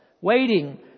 waiting